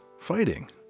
fighting